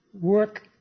work